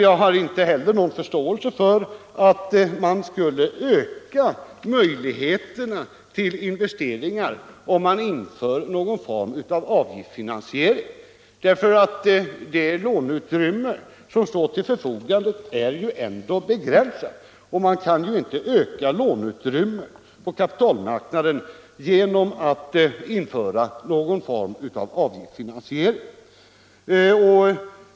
Jag har inte heller någon förståelse för — Anslag till vägväsensynpunkten att man skulle öka möjligheterna till investeringar om man = det, m.m. införde någon form av avgiftsfinansiering. Det låneutrymme som står till förfogande är ju ändå begränsat, och man kan inte öka låneutrymmet på kapitalmarknaden genom att införa någon form av avgiftfinansiering.